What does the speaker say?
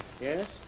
yes